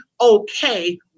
okay